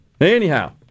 Anyhow